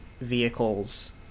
vehicles